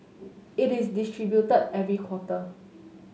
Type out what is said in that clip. it is distributed every quarter